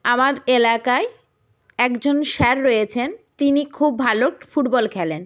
আমার এলাকায় একজন স্যার রয়েছেন তিনি খুব ভালো ফুটবল খেলেন